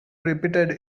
repeated